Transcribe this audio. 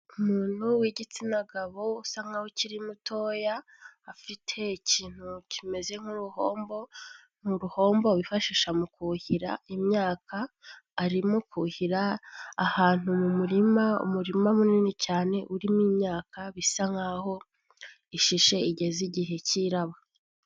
Umuntu w'igitsina gabo usa nk'aho ukiri mutoya afite ikintu kimeze nk'uruhombo, mu ruhombo wifashisha mu kuhira imyaka, arimo kuhira ahantu mu murima, umurima munini cyane urimo imyaka bisa nk'aho ishishe igeze igihe k'iraba.